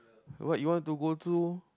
what you want to go through